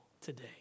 today